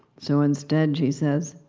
so instead, she says,